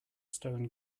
stone